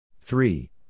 Three